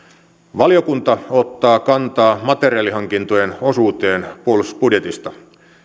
valiokunta ottaa kantaa materiaalihankintojen osuuteen puolustusbudjetista